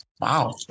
Wow